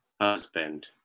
husband